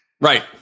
Right